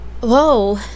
Whoa